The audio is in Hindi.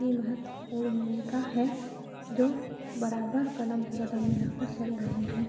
ही महत्वपूर्ण भूमिका है जो बराबर क़दम से क़दम मिला कर चल रहीं हैं